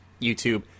youtube